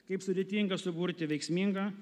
kaip sudėtinga suburti veiksmingą